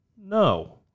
No